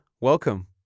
welcome